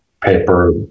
paper